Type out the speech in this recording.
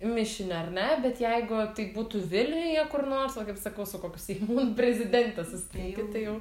mišiniu ar ne bet jeigu tai būtų vilniuje kur nors va kaip sakau su kokiu seimūnu prezidente susitinki tai jau